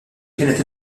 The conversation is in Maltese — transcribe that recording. kienet